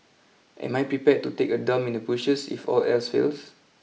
am I prepared to take a dump in the bushes if all else fails